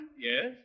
Yes